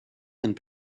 and